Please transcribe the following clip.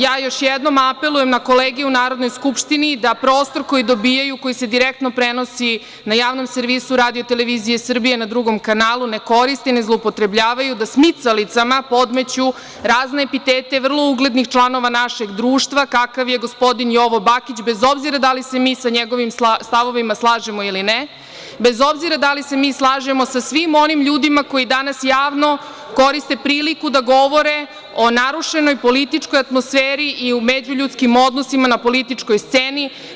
Još jednom apelujem na kolege u Narodnoj skupštini da prostor koji dobijaju, koji se direktno prenosi na javnom servisu RTS na drugom kanalu ne koriste, ne zloupotrebljavaju, da smicalicama podmeću razne epitete vrlo uglednih članova našeg društva, kakav je gospodin Jovo Bakić, bez obzira da li se mi sa njegovim stavovima slažemo ili ne, bez obzira da li se mi slažemo sa svim onim ljudima koji danas javno koriste priliku da govore o narušenoj političkoj atmosferi i o međuljudskim odnosima na političkoj sceni.